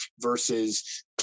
Versus